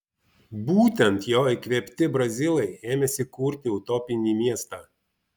būtent jo įkvėpti brazilai ėmėsi kurti utopinį miestą